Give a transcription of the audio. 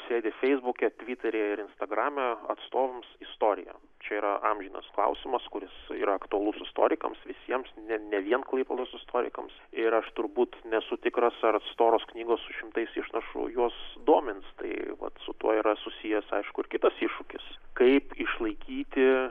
sėdi feisbuke tviteryje ir instagrame atstovams istoriją čia yra amžinas klausimas kuris yra aktualus istorikams visiems ne vien klaipėdos istorikams ir aš turbūt nesu tikras ar storos knygos su šimtais išnašų juos domins tai vat su tuo yra susijęs aišku ir kitas iššūkis kaip išlaikyti